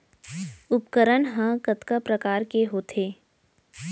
उपकरण हा कतका प्रकार के होथे?